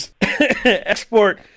Export